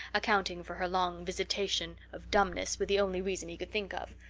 accounting for her long visitation of dumbness with the only reason he could think of.